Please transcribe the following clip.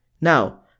Now